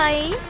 a